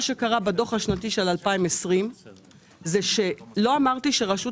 מה שקרה בדוח השנתי של 2020 לא אמרתי שרשות